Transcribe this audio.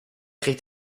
reed